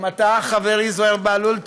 גם אתה, חברי זוהיר בהלול.